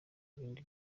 ibindi